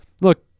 look